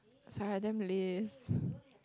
sorry I'm damn lazy